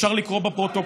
אפשר לקרוא בפרוטוקול.